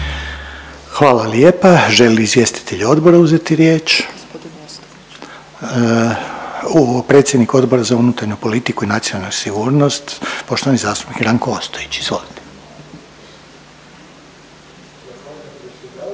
Hvala lijepa. Žele li izvjestitelji odbora uzeti riječ? …/Upadica se ne razumije./… Predsjednik Odbora za unutarnju politiku i nacionalnu sigurnost poštovani zastupnik Ranko Ostojić. Izvolite.